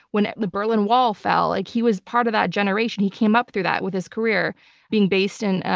when the berlin wall fell. like he was part of that generation. he came up through that with his career being based in,